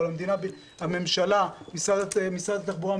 אבל הממשלה משרד התחבורה,